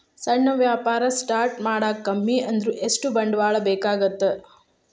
ಸಣ್ಣ ವ್ಯಾಪಾರ ಸ್ಟಾರ್ಟ್ ಮಾಡಾಕ ಕಮ್ಮಿ ಅಂದ್ರು ಎಷ್ಟ ಬಂಡವಾಳ ಬೇಕಾಗತ್ತಾ